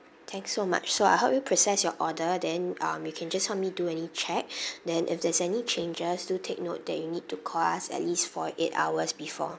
thank you so much so I'll help you process your order then um you can just help me do any check then if there's any changes do take note that you need to call us at least forty eight hours before